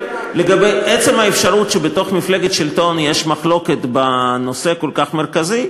לגבי עצם האפשרות שבתוך מפלגת שלטון יש מחלוקת בנושא כל כך מרכזי,